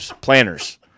planners